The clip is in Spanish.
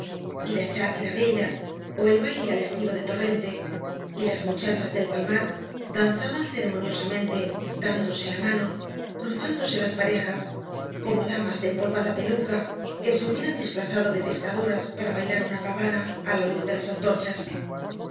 valencianas la cháquera vella ó el baile al estilo de torrente y las muchachas del palmar danzaban ceremoniosamente dándose la mano cruzándose las parejas como damas de empolvada peluca que se hubieran disfrazado de pescadoras para baüar una pavana á la luz de lae antorchas